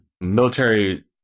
military –